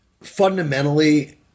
fundamentally